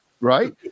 right